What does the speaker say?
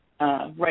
Right